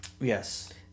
Yes